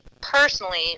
personally